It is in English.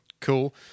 cool